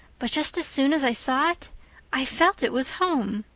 but just as soon as i saw it i felt it was home.